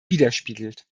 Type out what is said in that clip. widerspiegelt